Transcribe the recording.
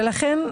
ולכן,